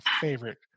favorite